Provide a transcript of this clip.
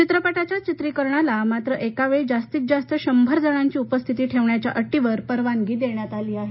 चित्रपटाच्या चित्रीकरणाला मात्र एकावेळी जास्तीत जास्त शंभर जणांच्या उपस्थिती ठेवण्याच्या अटीवर परवानगी देण्यात आली आहे